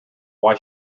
why